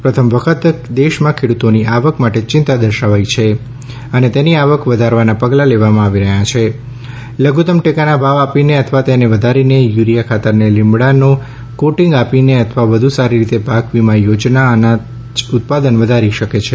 પ્રથમ વખત દેશમાં ખેડુતોની આવક માટે ચિંતા દર્શાવાઈ છે અને તેની આવક વધારવાનાં પગલાં લેવામાં આવી રહ્યા છે લઘુતમ ટેકાના ભાવ આપીને અથવા તેને વધારીને યુરીયા ખાતરને લીમડાનો કોટિંગ આપીને અથવા વધુ સારી રીતે પાક વીમા થોજના અનાજ ઉત્પાદન વધારે કરી શકે છે